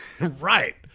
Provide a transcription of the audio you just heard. right